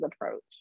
approach